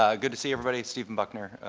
ah good to see everybody. stephen buckner,